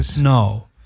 No